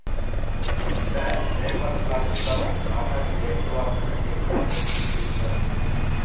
बेल wrapper प्लास्टिकत गांठक लेपटवार तने एक टाइपेर कृषि उपकरण छिके